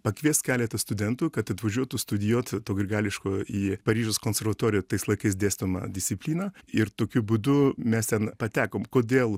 pakviest keletą studentų kad atvažiuotų studijuot to grigališkojo į paryžiaus konservatoriją tais laikais dėstomą discipliną ir tokiu būdu mes ten patekom kodėl